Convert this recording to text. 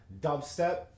dubstep